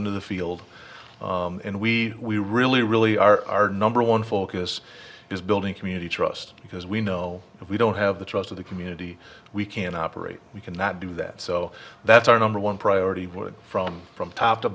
into the field and we we really really our number one focus is building community trust because we know if we don't have the trust of the community we can operate we cannot do that so that's our number one priority would from from top to